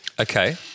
Okay